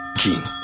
king